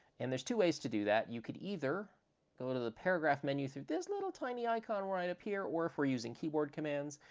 and there's two ways to do that. you could either go to the paragraph menu through this little tiny icon right up here or, if we're using keyboard commands,